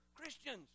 Christians